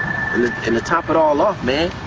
and to top it all off, man.